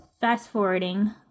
fast-forwarding